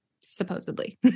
supposedly